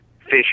fish